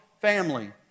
family